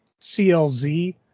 CLZ